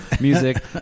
music